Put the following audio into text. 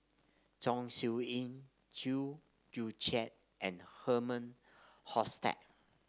Chong Siew Ying Chew Joo Chiat and Herman Hochstadt